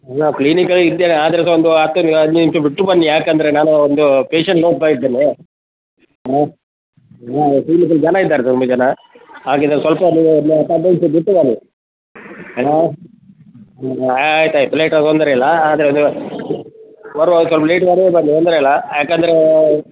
ಅಲ್ಲ ಕ್ಲಿನಿಕಲ್ಲಿ ಇದ್ದೇನೆ ಆದರೆ ಸಹ ಒಂದು ಹತ್ತು ಹದಿನೈದು ನಿಮಿಷ ಬಿಟ್ಟು ಬನ್ನಿ ಯಾಕಂದರೆ ನಾನು ಒಂದು ಪೇಷಂಟ್ ನೋಡ್ತಾ ಇದ್ದೇನೆ ಹಾಂ ಹಾಂ ಕ್ಲಿನಿಕಲ್ಲಿ ಜನ ಇದ್ದಾರೆ ತುಂಬ ಜನ ಹಾಗಿದ್ದರೆ ಸ್ವಲ್ಪ ನೀವು ಒಂದು ಹತ್ತು ಹದಿನೈದು ನಿಮಿಷ ಬಿಟ್ಟು ಬನ್ನಿ ಹಲೋ ಆಯ್ತು ಆಯ್ತು ಲೇಟ್ ಆದ್ರೆ ತೊಂದರೆ ಇಲ್ಲ ಆದರೆ ನೀವು ಬರುವಾಗ ಸ್ವಲ್ಪ ಲೇಟ್ ಮಾಡಿಯೇ ಬನ್ನಿ ತೊಂದರೆ ಇಲ್ಲ ಯಾಕಂದರೆ